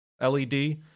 LED